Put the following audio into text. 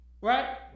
Right